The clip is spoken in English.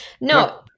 No